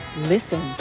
listen